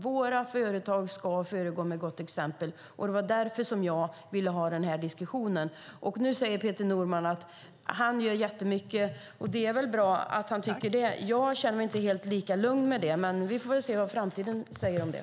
Våra företag ska föregå med gott exempel. Det var därför som jag ville ha den här diskussionen. Nu säger Peter Norman att han gör jättemycket, och det är väl bra att han tycker det. Jag känner mig inte lika lugn med det, men vi får väl se vad framtiden säger om det.